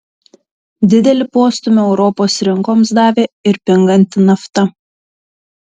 didelį postūmį europos rinkoms davė ir pinganti nafta